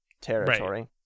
territory